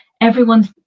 everyone's